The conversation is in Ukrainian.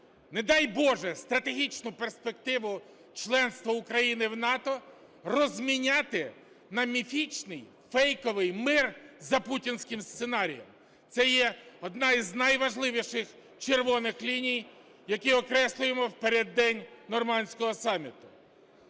Не дай Боже, стратегічну перспективу членства України в НАТО розміняти на міфічний, фейковий мир за путінським сценарієм. Це є одна з найважливіших червоних ліній, які окреслюємо в переддень нормандського саміту.